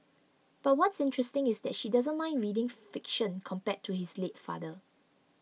but what's interesting is that she doesn't mind reading fiction compared to his late father